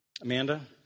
Amanda